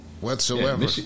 Whatsoever